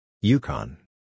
Yukon